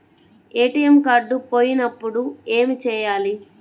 ATM card పోయినప్పుడు ఏమి చేయాలి?